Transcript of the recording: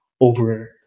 over